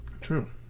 True